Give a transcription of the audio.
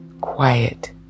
quiet